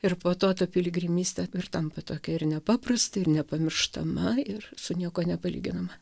ir po to ta piligrimystė ir tampa tokia ir nepaprasta ir nepamirštama ir su niekuo nepalyginama